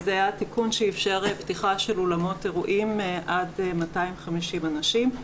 זה היה תיקון שאפשר פתיחה של אולמות אירועים עד 250 אנשים.